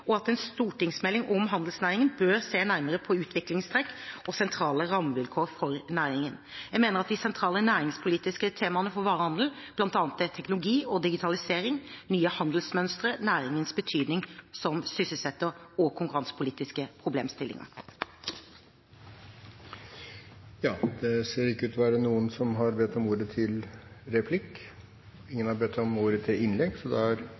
og at en stortingsmelding om handelsnæringen bør se nærmere på utviklingstrekk og sentrale rammevilkår for næringen. Jeg mener at de sentrale næringspolitiske temaene for varehandelen bl.a. er teknologi og digitalisering, nye handelsmønstre, næringens betydning som sysselsetter og konkurransepolitiske problemstillinger. Flere har ikke bedt om ordet til sak nr. 11. Forslagsstillerne bak dette Dokument 8-forslaget foreslår i realiteten to tilnærminger til omstillingslova og to forslag til